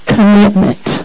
Commitment